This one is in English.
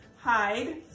hide